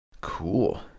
Cool